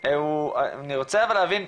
אני רוצה אבל להבין,